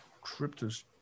crypto's